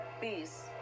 peace